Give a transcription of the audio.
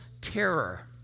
terror